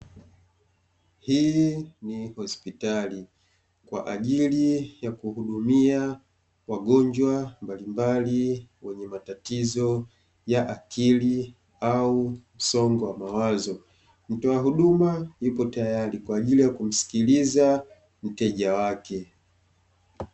Hii ni hospitali kwa ajili ya kuhudumia wagonjwa mbalimbali wenye matatizo ya akili au msongo wa mawazo, mtoa huduma yupo tayari kwa ajili ya kumsikiliza mteja wake.